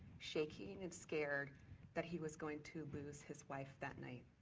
shaking and scared that he was going to lose his wife that night.